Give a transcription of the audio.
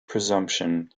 presumption